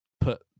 put